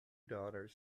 daughters